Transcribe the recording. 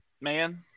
man